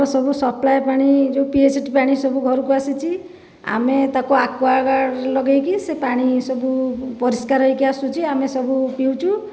ସବୁ ସପ୍ଲାଏ ପାଣି ଯେଉଁ ପି ଏଚ ଡ଼ି ପାଣି ସବୁ ଘରକୁ ଆସିଛି ଆମେ ତାକୁ ଆକ୍ୱାଗାର୍ଡ଼ ଲାଗେଇକି ସେ ପାଣି ସବୁ ପରିଷ୍କାର ହୋଇକି ଆସୁଛି ଆମେ ସବୁ ପିଉଛୁ